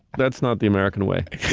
that's not the american way.